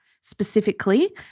specifically